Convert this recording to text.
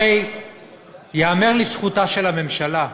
הרי ייאמר לזכותה של הממשלה,